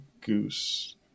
goose